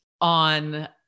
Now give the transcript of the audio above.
on